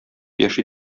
яши